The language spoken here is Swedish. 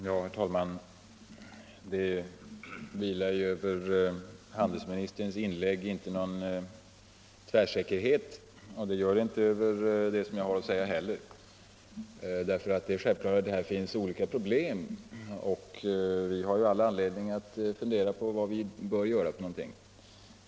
Herr talman! Det vilar inte över handelsministerns inlägg någon tvärsäkerhet, och det gör det inte över det som jag har att säga heller. Det är självklart att här finns olika problem, och vi har all anledning att fundera på vad vi bör göra.